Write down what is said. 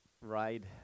ride